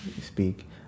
speak